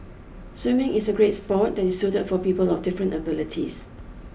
swimming is a great sport that is suited for people of different abilities